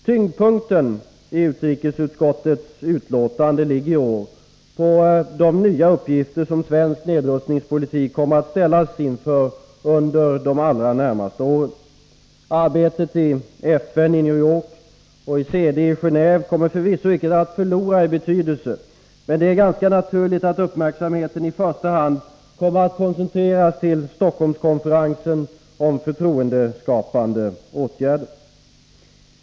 Tyngdpunkten i utrikesutskottets betänkande ligger i år på de nya uppgifter som svensk nedrustningspolitik kommer att ställas inför under de allra närmaste åren. Arbetet i FN i New York och i CD i Geneve kommer förvisso icke att förlora i betydelse, men det är naturligt att uppmärksamhe ten i första hand kommer att koncentreras till Stockholmskonferensen om förtroendeskapande åtgärder.